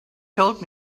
told